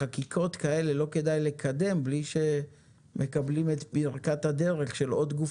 חקיקות כאלה לא כדאי לקדם בלי שמקבלים את ברכת הדרך של עוד גוף